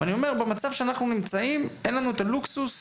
אבל במצב שאנחנו נמצאים, אין לנו את הלוקסוס